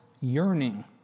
yearning